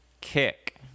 kick